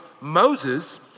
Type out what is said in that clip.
Moses